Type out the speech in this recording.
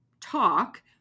talk